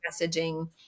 messaging